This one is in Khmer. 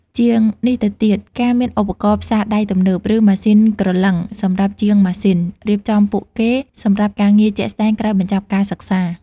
ជាងនេះទៅទៀត ការមានឧបករណ៍ផ្សារដែកទំនើប ឬម៉ាស៊ីនក្រឡឹងសម្រាប់ជាងម៉ាស៊ីន រៀបចំពួកគេសម្រាប់ការងារជាក់ស្តែងក្រោយបញ្ចប់ការសិក្សា។